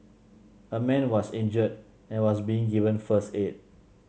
a man was injured and was being given first aid